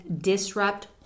disrupt